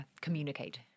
communicate